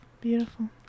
Beautiful